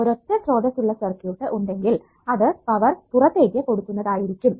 ഒരൊറ്റ സ്രോതസ്സുള്ള സർക്യൂട്ട് ഉണ്ടെങ്കിൽ അത് പവർ പുറത്തേക്ക് കൊടുക്കുന്നതായിരിക്കും